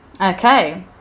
Okay